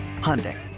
Hyundai